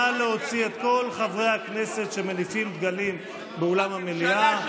נא להוציא את כל חברי הכנסת שמניפים דגלים מאולם המליאה.